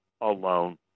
alone